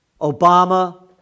Obama